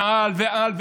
ועל ועל,